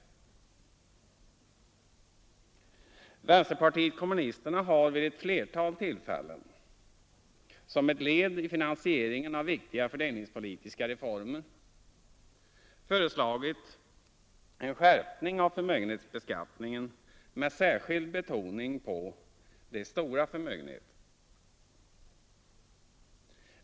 Vänsterpartiet kommunisterna har vid ett flertal tillfällen, som ett led i finansieringen av viktiga fördelningspolitiska reformer, föreslagit en skärpning av förmögenhetsbeskattningen med särskild betoning på de stora förmögenheterna.